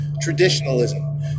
traditionalism